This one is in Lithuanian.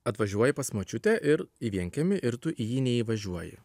atvažiuoji pas močiutę ir į vienkiemį ir tu į jį neįvažiuoji